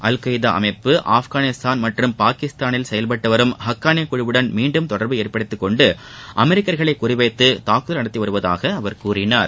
al Qaeda அமைப்பு ஆப்கானிஸ்தான் மற்றும் பாகிஸ்தானில் செயல்பட்டு வரும் ஹக்கானி குழுவுடன் மீண்டும் தொடர்பு ஏற்படுத்திக்கொண்டு அமெரிக்கர்களை குறிவைத்து தாக்குதல் நடத்தி வருவதாக அவர் கூறினார்